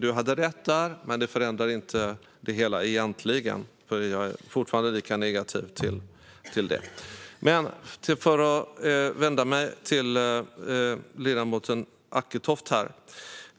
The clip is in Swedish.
Du hade rätt där, Ulrika Heie, men det förändrar inte helheten. Jag är fortfarande lika negativ till detta. Nu vänder jag mig till ledamoten Acketoft.